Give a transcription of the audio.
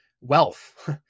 wealth